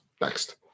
Next